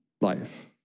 life